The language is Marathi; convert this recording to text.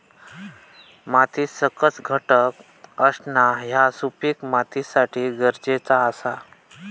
मातीत सकस घटक असणा ह्या सुपीक मातीसाठी गरजेचा आसा